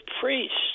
priests